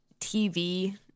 TV